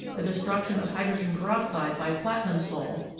the destruction of hydrogen peroxide by platinum sol,